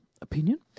opinion